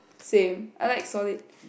same I like solid